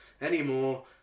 anymore